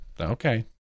Okay